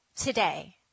today